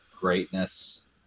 Greatness